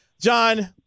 John